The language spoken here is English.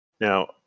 Now